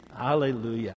Hallelujah